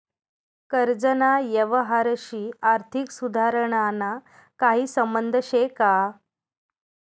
कर्जना यवहारशी आर्थिक सुधारणाना काही संबंध शे का?